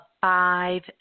five